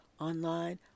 online